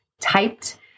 typed